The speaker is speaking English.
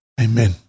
amen